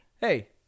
Hey